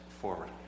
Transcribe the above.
forward